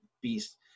beast